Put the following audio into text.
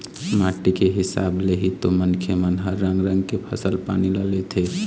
माटी के हिसाब ले ही तो मनखे मन ह रंग रंग के फसल पानी ल लेथे